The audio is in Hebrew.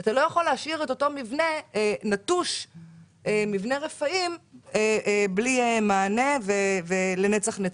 אתה לא יכול להשאיר את אותו מבנה נטוש בלי מענה לנצח נצחים.